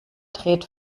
dreht